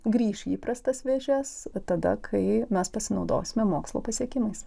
grįš į įprastas vėžes tada kai mes pasinaudosime mokslo pasiekimais